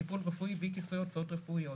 טיפול רפואי ואי-כיסוי הוצאות רפואיות,